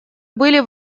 были